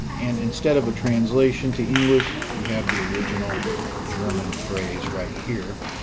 and instead of a translation to english, we have the original german phrase right here.